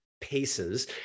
paces